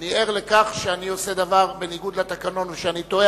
אני ער לכך שאני עושה דבר בניגוד לתקנון ושאני טועה,